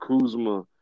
Kuzma